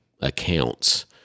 accounts